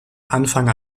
anfang